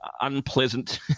unpleasant